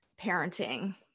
parenting